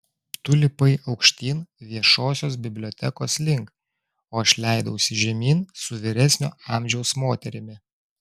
tu lipai aukštyn viešosios bibliotekos link o aš leidausi žemyn su vyresnio amžiaus moterimi